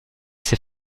ces